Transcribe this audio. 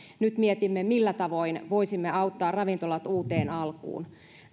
nyt mietimme millä tavoin voisimme auttaa ravintolat uuteen alkuun